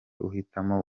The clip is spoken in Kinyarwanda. uhitamo